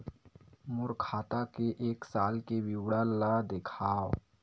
मोर खाता के एक साल के विवरण ल दिखाव?